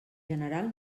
general